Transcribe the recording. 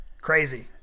Crazy